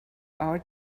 our